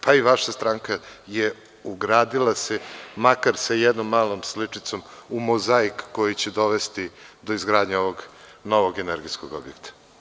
Pa, i vaša stranka se ugradila, makar sa jednom malom sličicom, u mozaik koji će dovesti do izgradnje ovog novog energetskog objekta.